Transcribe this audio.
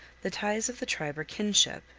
the ties of the tribe are kinship,